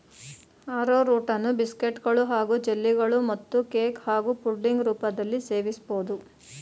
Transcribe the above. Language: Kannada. ಆರ್ರೋರೂಟನ್ನು ಬಿಸ್ಕೆಟ್ಗಳು ಹಾಗೂ ಜೆಲ್ಲಿಗಳು ಮತ್ತು ಕೇಕ್ ಹಾಗೂ ಪುಡಿಂಗ್ ರೂಪದಲ್ಲೀ ಸೇವಿಸ್ಬೋದು